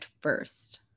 first